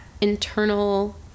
internal